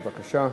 בבקשה.